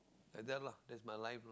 like that lah that's my life lah